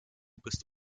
bist